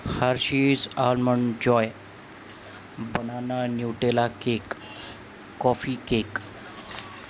hershey's almond joy banana nutella cake coffee cake